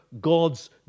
God's